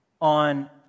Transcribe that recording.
on